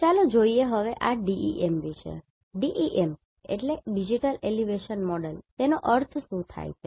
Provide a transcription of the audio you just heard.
તેથી ચાલો જોઈએ હવે આ DEM ડિજિટલ એલિવેશન મોડેલનો અર્થ શું થાય છે